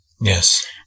Yes